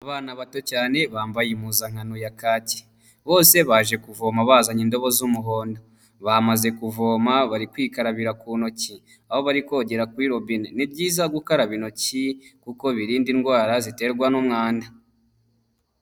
Abana bato cyane bambaye impuzankano ya kaki, bose baje kuvoma bazanye indobo z'umuhondo, bamaze kuvoma bari kwikarabira ku ntoki aho bari kogera kuri robine, ni byiza gukaraba intoki kuko birinda indwara ziterwa n'umwanda.